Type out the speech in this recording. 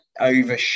over